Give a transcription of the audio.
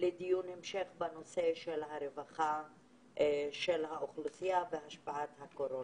לדיון המשך בנושא הרווחה של האוכלוסייה בהשפעת הקורונה.